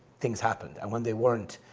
things happened. and when they weren't,